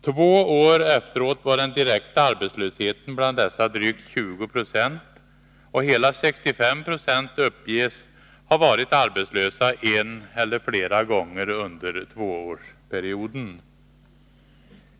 Två år efteråt var den direkta arbetslösheten bland dessa drygt 20 90, och hela 65 96 uppges ha varit arbetslösa en eller flera gånger under tvåårsperioden.